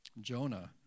Jonah